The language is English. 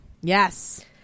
Yes